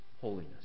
holiness